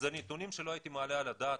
אלה נתונים שלא הייתי מעלה על הדעת,